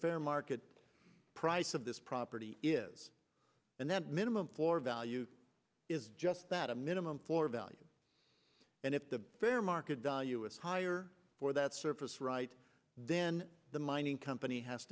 fair market price of this property is and that minimum floor value is just that a minimum floor value and if the fair market value is higher for that service right then the mining company has